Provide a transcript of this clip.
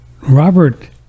Robert